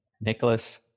Nicholas